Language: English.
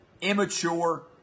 Immature